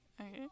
Okay